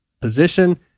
position